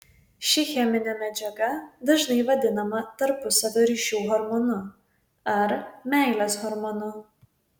ši cheminė medžiaga dažnai vadinama tarpusavio ryšių hormonu ar meilės hormonu